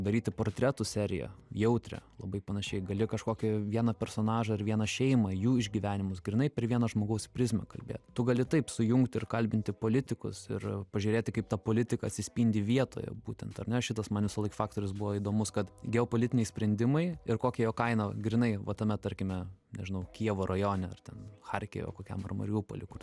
daryti portretų seriją jautrią labai panašiai gali kažkokį vieną personažą ir vieną šeimą jų išgyvenimus grynai per vieno žmogaus prizmę kalbėt tu gali taip sujungt ir kalbinti politikus ir pažiūrėti kaip ta politika atsispindi vietoje būtent ar ne šitas man visąlaik faktorius buvo įdomus kad geopolitiniai sprendimai ir kokia jo kaina grynai va tame tarkime nežinau kijevo rajone ar ten charkive kokiam ar mariupoly kur